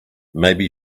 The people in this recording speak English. maybe